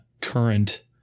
current